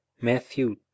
matthew